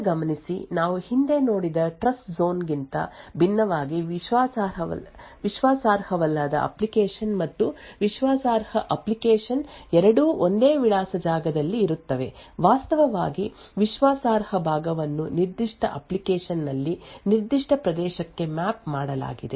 ಈಗ ಗಮನಿಸಿ ನಾವು ಹಿಂದೆ ನೋಡಿದ ಟ್ರಸ್ಟ್ಝೋನ್ ಗಿಂತ ಭಿನ್ನವಾಗಿ ವಿಶ್ವಾಸಾರ್ಹವಲ್ಲದ ಅಪ್ಲಿಕೇಶನ್ ಮತ್ತು ವಿಶ್ವಾಸಾರ್ಹ ಅಪ್ಲಿಕೇಶನ್ ಎರಡೂ ಒಂದೇ ವಿಳಾಸ ಜಾಗದಲ್ಲಿ ಇರುತ್ತವೆ ವಾಸ್ತವವಾಗಿ ವಿಶ್ವಾಸಾರ್ಹ ಭಾಗವನ್ನು ನಿರ್ದಿಷ್ಟ ಅಪ್ಲಿಕೇಶನ್ ನಲ್ಲಿ ನಿರ್ದಿಷ್ಟ ಪ್ರದೇಶಕ್ಕೆ ಮ್ಯಾಪ್ ಮಾಡಲಾಗಿದೆ